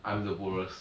I'm the poorest